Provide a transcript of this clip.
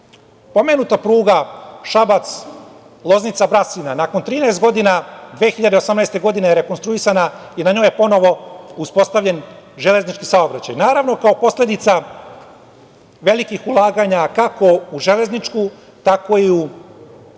pomenuta pruga Šabac-Loznica-Brasina, nakon 13 godina, 2018. godine je rekonstruisana i na njoj je ponovo uspostavljen železnički saobraćaj, naravno, kao posledica velikih ulaganja, kako u železnički, tako i u